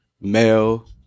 male